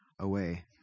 away